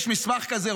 יש מסמך כזה.